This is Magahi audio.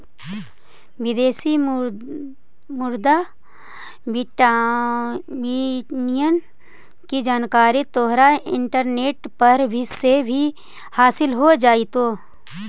विदेशी मुद्रा विनिमय की जानकारी तोहरा इंटरनेट पर से भी हासील हो जाइतो